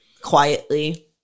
quietly